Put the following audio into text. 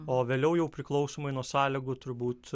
o vėliau jau priklausomai nuo sąlygų turbūt